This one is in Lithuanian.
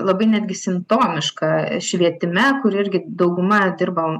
labai netgi simptomiška švietime kur irgi dauguma dirba